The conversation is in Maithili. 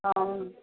हँ